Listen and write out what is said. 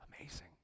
Amazing